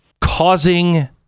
causing